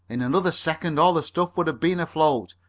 in another second all the stuff would have been afloat.